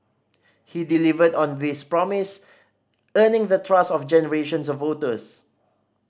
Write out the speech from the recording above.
he delivered on this promise earning the trust of generations of voters